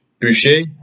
Boucher